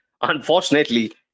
unfortunately